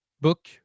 book